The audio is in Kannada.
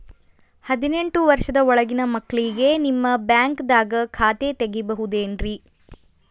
ಹದಿನೆಂಟು ವರ್ಷದ ಒಳಗಿನ ಮಕ್ಳಿಗೆ ನಿಮ್ಮ ಬ್ಯಾಂಕ್ದಾಗ ಖಾತೆ ತೆಗಿಬಹುದೆನ್ರಿ?